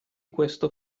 questo